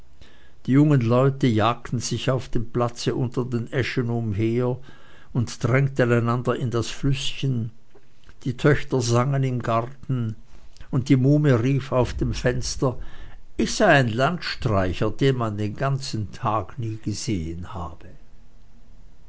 die jungen leute jagten sich auf dem platze unter den eschen umher und drängten einander in das flüßchen die töchter sangen im garten und die muhme rief aus dem fenster ich sei ein landstreicher den man den ganzen tag nie gesehen habe